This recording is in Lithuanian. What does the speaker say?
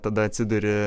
tada atsiduria